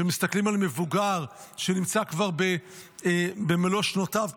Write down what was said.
כשמסתכלים על מבוגר שנמצא כבר במלוא שנותיו,